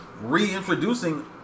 reintroducing